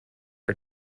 for